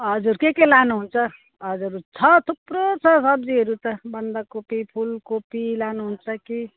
हजुर के के लानु हुन्छ हजुर छ थुप्रो छ सब्जीहरू त बन्दकोपी फूलकोपी लानु हुन्छ कि